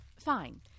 Fine